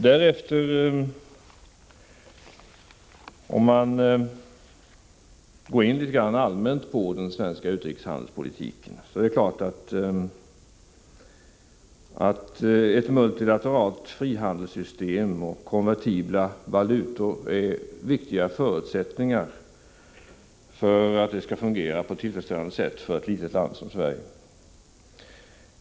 Låt mig så gå in litet grand allmänt på den svenska utrikeshandelspolitiken. Det är klart att ett multilateralt frihandelssystem och konvertibla valutor är viktiga förutsättningar för att utrikeshandeln skall fungera på ett tillfredsställande sätt för ett litet land som Sverige.